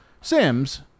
Sims